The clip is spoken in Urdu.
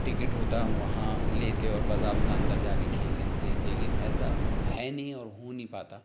ٹکٹ ہوتا ہم وہاں لیتے اور باضابطہ اندر جا کے کھیل لیتے لیکن ایسا ہے نہیں اور ہو نہیں پاتا